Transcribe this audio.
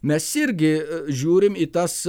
mes irgi žiūrim į tas